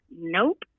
Nope